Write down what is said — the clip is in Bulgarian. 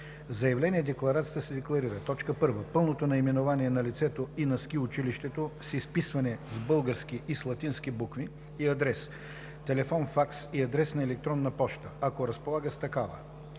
заявление-декларацията се декларира: 1. пълното наименование на лицето и на ски училището (с изписване с български и с латински букви) и адрес; телефон/факс и адрес на електронна поща, ако разполага с такива;